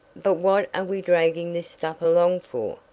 but what are we dragging this stuff along for?